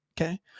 okay